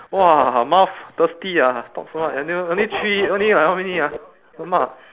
!wah! mouth thirsty ah talk so much and then only three only like how many ah !alamak!